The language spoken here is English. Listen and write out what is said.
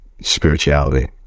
spirituality